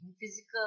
physical